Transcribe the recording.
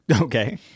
Okay